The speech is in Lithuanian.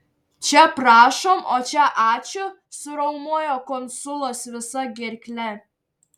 čia prašom o čia ačiū suriaumojo konsulas visa gerkle